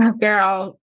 Girl